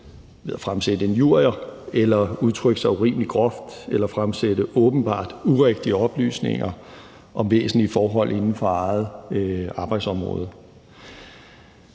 ved at fremsætte injurier eller ved at udtrykke sig urimelig groft eller fremsætte åbenbart urigtige oplysninger om væsentlige forhold inden for eget arbejdsområde.